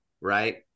Right